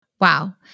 Wow